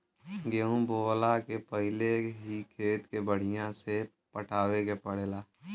गेंहू बोअला के पहिले ही खेत के बढ़िया से पटावे के पड़ेला